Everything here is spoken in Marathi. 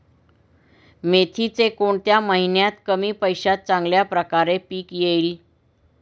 मेथीचे कोणत्या महिन्यात कमी पैशात चांगल्या प्रकारे पीक येईल?